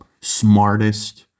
smartest